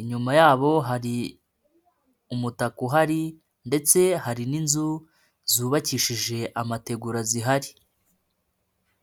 inyuma yabo hari umutaka uhari ndetse hari n'inzu zubakishije amategura zihari.